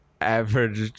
Average